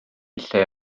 lle